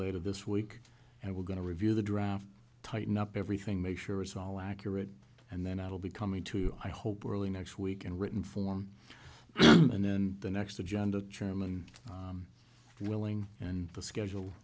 later this week and we're going to review the draft tighten up everything make sure it's all accurate and then i will be coming to you i hope early next week in written form and then the next agenda chairman willing and the schedule